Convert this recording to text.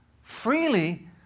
Freely